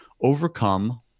overcome